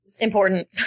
important